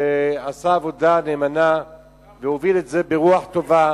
שעשה עבודה נאמנה והוביל את זה ברוח טובה.